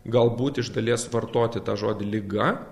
galbūt iš dalies vartoti tą žodį liga